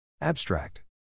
Abstract